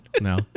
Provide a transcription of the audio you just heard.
No